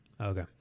Okay